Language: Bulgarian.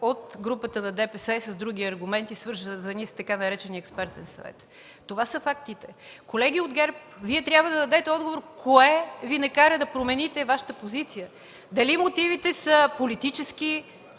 от групата на ДПС, с други аргументи, свързани с така наречения „Експертен съвет”. Това са фактите. Колеги от ГЕРБ, трябва да дадете отговор кое Ви накара да промените Вашата позиция: дали мотивите са политически,